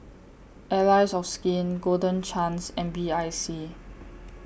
Allies of Skin Golden Chance and B I C